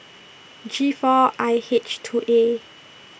G four I H two A